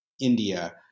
India